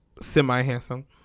semi-handsome